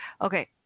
Okay